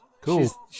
cool